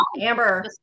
Amber